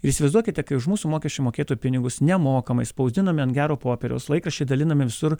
įsivaizduokite kai už mūsų mokesčių mokėtojų pinigus nemokamai spausdinami ant gero popieriaus laikraščiai dalinami visur